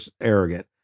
arrogant